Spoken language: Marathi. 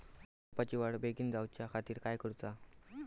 रोपाची वाढ बिगीन जाऊच्या खातीर काय करुचा?